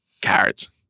carrots